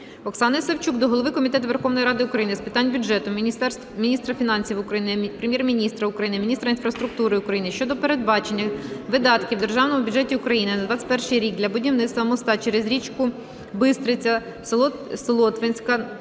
Оксани Савчук до голови Комітету Верховної Ради України з питань бюджету, міністра фінансів України, Прем'єр-міністра України, міністра інфраструктури України щодо передбачення видатків у Державному бюджеті України на 2021 рік для будівництва моста через річку Бистриця Солотвинська